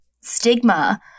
stigma